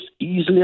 easily